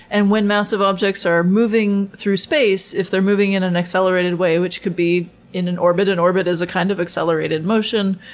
and when massive objects are moving through space, if they're moving in an accelerated way which could be in an orbit, an orbit is a kind of an accelerated motion